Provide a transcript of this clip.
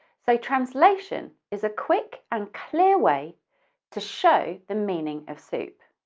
so translation is a quick and clear way to show the meaning of soup.